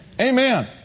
Amen